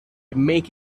make